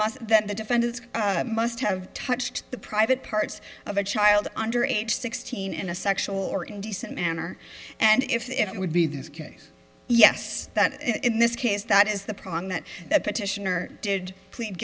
must that the defendant must have touched the private parts of a child under age sixteen in a sexual or indecent manner and if it would be this case yes in this case that is the problem that the petitioner did plead